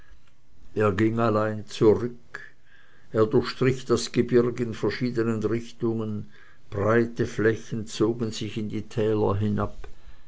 er ging allein zurück er durchstrich das gebirg in verschiedenen richtungen breite flächen zogen sich in die täler herab